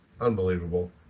Unbelievable